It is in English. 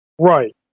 Right